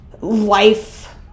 life